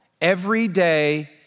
everyday